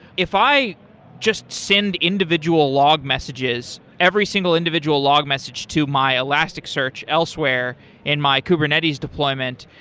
if i just send individual log messages, every single individual log message to my elasticsearch elsewhere in my kubernetes deployment,